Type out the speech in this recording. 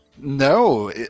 No